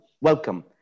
welcome